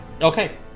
Okay